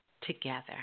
together